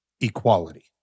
Equality